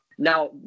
Now